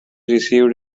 received